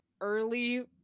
early